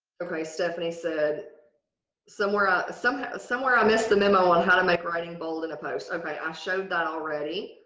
okay, stephanie said somewhere ah somehow somewhere i missed the memo on how to make writing bold in a post. okay, i showed that already